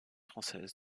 française